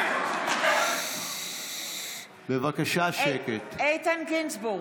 בעד איתן גינזבורג,